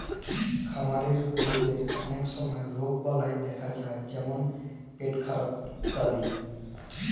খামারের গরুদের অলক সময় রগবালাই দ্যাখা যায় যেমল পেটখারাপ ইত্যাদি